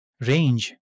range